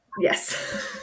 Yes